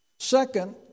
Second